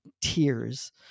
tears